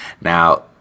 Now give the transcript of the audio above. Now